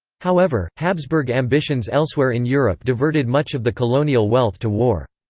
however, habsburg ambitions elsewhere in europe diverted much of the colonial wealth to war.